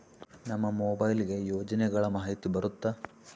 ನಮ್ ಮೊಬೈಲ್ ಗೆ ಯೋಜನೆ ಗಳಮಾಹಿತಿ ಬರುತ್ತ?